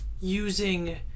using